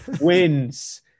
wins